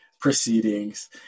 Proceedings